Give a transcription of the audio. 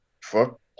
fuck